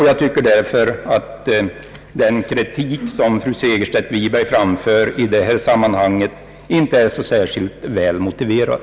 Jag tycker därför att den kritik som fru Segerstedt Wiberg framför i det här sammanhanget inte är så särskilt väl motiverad.